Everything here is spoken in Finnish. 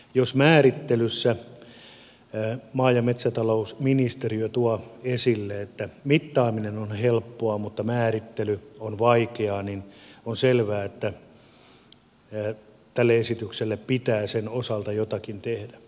jos määrittelyssä maa ja metsätalousministeriö tuo esille että mittaaminen on helppoa mutta määrittely on vaikeaa niin on selvää että tälle esitykselle pitää sen osalta jotakin tehdä